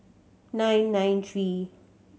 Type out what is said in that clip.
nine nine three